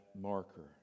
marker